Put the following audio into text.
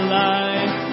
life